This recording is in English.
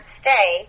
stay